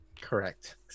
Correct